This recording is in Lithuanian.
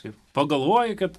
pagalvoji kad